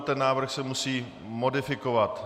Ten návrh se musí modifikovat.